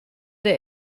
der